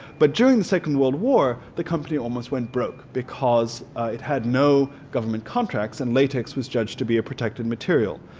but during the second world war the company almost went broke because it had no government contracts and latex was judged to be a protected material.